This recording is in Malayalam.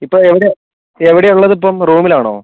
ഇപ്പോൾ എവിടെ ഉള്ളത് ഇപ്പം റൂമിലാണോ